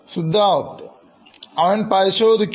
Siddharth അവൻ പരിശോധിക്കണം